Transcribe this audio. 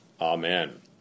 Amen